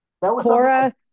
Chorus